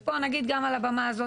ופה נגיד גם על הבמה הזאת,